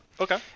Okay